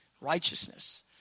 righteousness